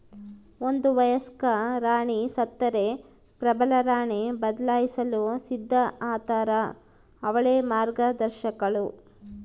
ಒಂದು ವಯಸ್ಕ ರಾಣಿ ಸತ್ತರೆ ಪ್ರಬಲರಾಣಿ ಬದಲಾಯಿಸಲು ಸಿದ್ಧ ಆತಾರ ಅವಳೇ ಮಾರ್ಗದರ್ಶಕಳು